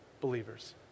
believers